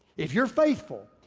if you're faithful,